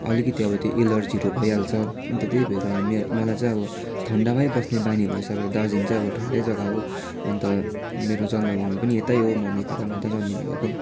अलिकति अब त्यो एलर्जीहरू भइहाल्छ अन्त त्यही भएर मे मलाई चाहिँ अब ठन्डामै बस्ने बानी भएछ अब दार्जिलिङ चाहिँ अब ठन्डै जग्गा हो अन्त मेरो जन्मभूमि पनि यतै हो मम्मी पापा पनि यतै जन्मिनुभएको